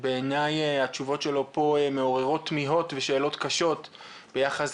שבעיני התשובות שלו פה מעוררות תמיהות ושאלות קשות ביחס